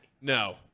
No